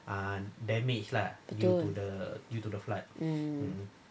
um